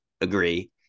agree